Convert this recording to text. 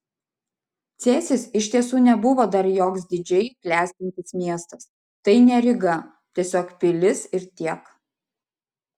cėsis iš tiesų nebuvo dar joks didžiai klestintis miestas tai ne ryga tiesiog pilis ir tiek